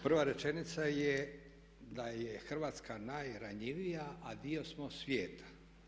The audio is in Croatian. Prva rečenica je da je Hrvatska najranjivija, a dio smo svijeta.